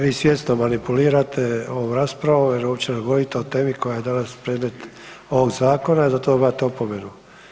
Vi svjesno manipulirate ovom raspravom jer uopće ne govorite o temi koja je danas predmet ovog zakona i zato dobivate opomenu.